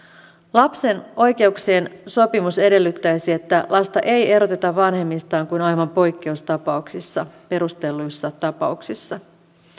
lapsen oikeuksien sopimus edellyttäisi että lasta ei eroteta vanhemmistaan kuin aivan poikkeustapauksissa perustelluissa tapauksissa